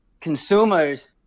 consumers